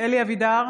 אלי אבידר,